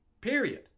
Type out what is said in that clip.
period